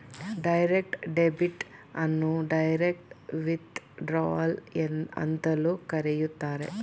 direct debit ಅನ್ನು direct withdrawal ಅಂತಲೂ ಕರೆಯುತ್ತಾರೆ